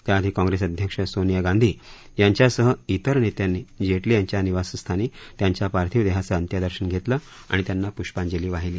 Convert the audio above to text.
त्याआधी काँग्रेस अध्यक्ष सोनिया गांधी यांच्यासह इतर नेत्यांनी जेटली यांच्या निवासस्थानी त्यांच्या पार्थिवदेहाचं अंत्यदर्शन घेतलं आणि त्यांना प्ष्पांजली वाहिली